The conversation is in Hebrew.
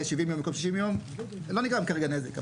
70 יום במקום 60 יום - לא נגרם כרגע נזק.